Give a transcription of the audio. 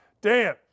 Dan